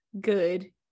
good